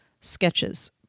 sketches